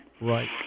Right